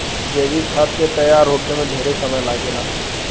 जैविक खाद के तैयार होखे में ढेरे समय लागेला